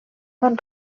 van